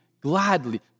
gladly